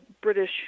British